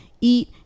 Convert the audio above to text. eat